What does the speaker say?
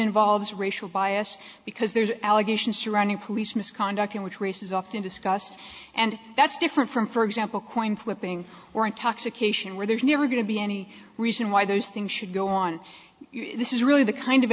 involves racial bias because there's allegations surrounding police misconduct in which race is often discussed and that's different from for example coin flipping or intoxication where there's never going to be any reason why those things should go on this is really the kind of